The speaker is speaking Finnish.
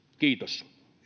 kiitos